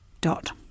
dot